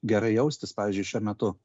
gerai jaustis pavyzdžiui šiuo metu